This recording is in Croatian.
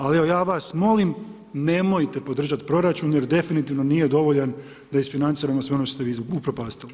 Ali evo, ja vas molim nemojte podržati proračun jer definitivno nije dovoljan da isfinanciramo sve ono što ste vi upropastili.